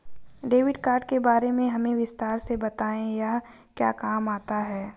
Debit card के बारे में हमें विस्तार से बताएं यह क्या काम आता है?